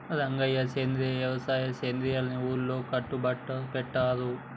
రంగయ్య సెంద్రియ యవసాయ సెయ్యాలని ఊరిలో కట్టుబట్లు పెట్టారు